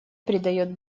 придает